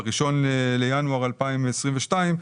ב-1 בינואר 2022,